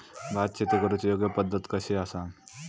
भात शेती करुची योग्य पद्धत कशी आसा?